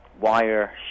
wire